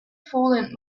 fallen